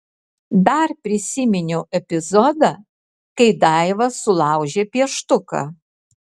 dar prisiminiau epizodą kai daiva sulaužė pieštuką